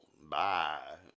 Bye